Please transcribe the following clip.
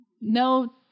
no